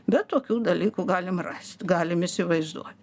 bet tokių dalykų galim rast galim įsivaizduot